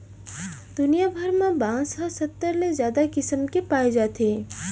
दुनिया भर म बांस ह सत्तर ले जादा किसम के पाए जाथे